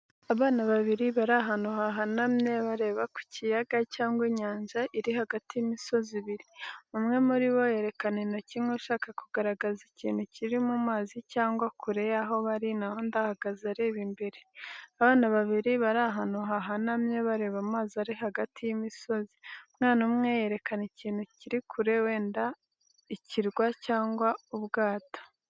Abana babiri bari ahantu hahanamye, bareba ku kiyaga cyangwa inyanja iri hagati y'imisozi ibiri. Umwe muri bo yerekana intoki nk’ushaka kugaragaza ikintu kiri mu mazi cyangwa kure y’aho bari, naho undi ahagaze areba imbere. Abana babiri bari ahantu hahanamye, bareba amazi ari hagati y’imisozi. Umwana umwe yerekana ikintu kiri kure, wenda ikirwa cyangwa ubwato.